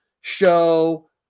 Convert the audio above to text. show